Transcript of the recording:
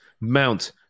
Mount